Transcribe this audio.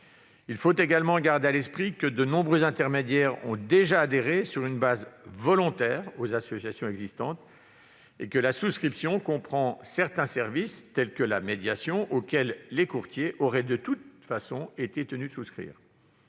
Il faut également garder à l'esprit que de nombreux intermédiaires ont déjà adhéré sur une base volontaire aux associations existantes et que la souscription comprend certains services, comme la médiation, auxquels les courtiers auraient de toute façon été tenus de souscrire.